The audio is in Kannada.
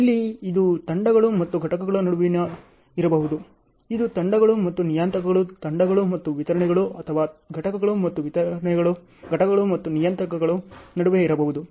ಇಲ್ಲಿ ಇದು ತಂಡಗಳು ಮತ್ತು ಘಟಕಗಳ ನಡುವೆ ಇರಬಹುದು ಇದು ತಂಡಗಳು ಮತ್ತು ನಿಯತಾಂಕಗಳು ತಂಡಗಳು ಮತ್ತು ವಿತರಣೆಗಳು ಅಥವಾ ಘಟಕಗಳು ಮತ್ತು ವಿತರಣೆಗಳು ಘಟಕಗಳು ಮತ್ತು ನಿಯತಾಂಕಗಳ ನಡುವೆ ಇರಬಹುದು